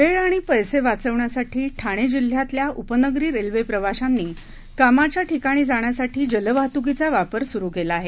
वेळ आणि पैसे बचतीसाठी ठाणे जिल्ह्यातल्या उपनगरी रेल्वे प्रवाशांनी कामाच्या ठिकाणी जाण्यासाठी जलवाहतुकीचा वापर सुरू केला आहे